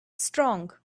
strong